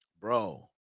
Bro